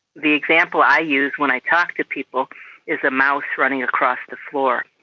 the example i use when i talk to people is a mouse running across the floor.